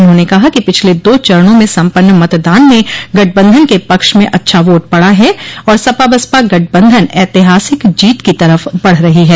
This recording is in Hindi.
उन्होंने कहा कि पिछले दो चरणों में सम्पन्न मतदान में गठबंधन के पक्ष में अच्छा वोट पड़ा है और सपा बसपा गठबंधन एतिहासिक जीत की तरफ बढ़ रही है